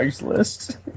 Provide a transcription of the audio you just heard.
list